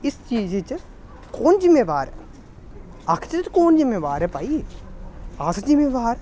इस चीज च कौन जिम्मेबार ऐ आखचै ते कौन जिम्मेबार ऐ भाई अस जिम्मेबार